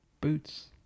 boots